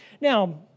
Now